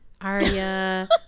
Arya